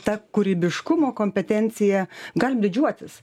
ta kūrybiškumo kompetencija galim didžiuotis